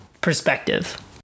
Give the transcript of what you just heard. perspective